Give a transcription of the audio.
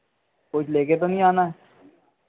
कुछ ले कर तो नहीं आना है